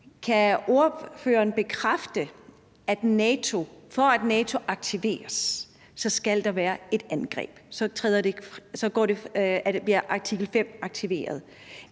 kan ordføreren bekræfte, at for at NATO aktiveres, skal der være et angreb – så bliver artikel 5 aktiveret?